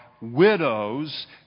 widows